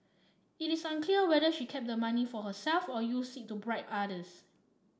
it is unclear whether she kept the money for herself or used it to bribe others